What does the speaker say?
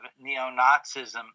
neo-Nazism